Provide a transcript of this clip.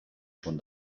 schon